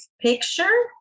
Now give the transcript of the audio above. picture